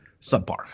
subpar